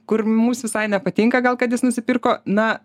kur mums visai nepatinka gal kad jis nusipirko na